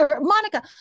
Monica